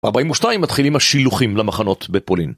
בארבעים ושתיים מתחילים השילוחים למחנות בפולין.